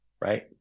right